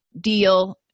deal